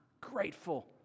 grateful